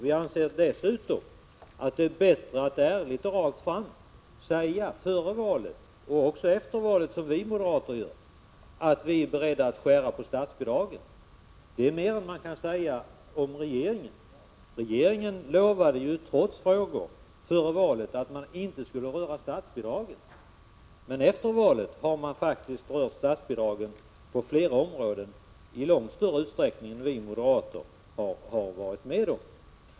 Vi anser dessutom att det är bättre att före och även efter valet, som vi moderater gör, ärligt och rättframt säga att man är beredd att skära ned statsbidragen. Det är mer än man kan säga om regeringen. Regeringen lovade ju före valet att man inte skulle röra statsbidragen. Men efter valet har man faktiskt rört statsbidragen på flera områden och i långt större utsträckning än vi moderater har gått med på.